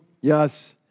Yes